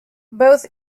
both